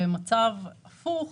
במצב הפוך,